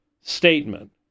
statement